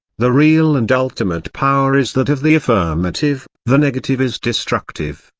the real and ultimate power is that of the affirmative the negative is destructive,